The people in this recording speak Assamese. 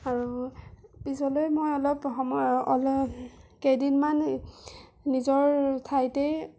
পিছলে মই অলপ কেইদিনমান নিজৰ ঠাইতে